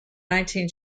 nineteen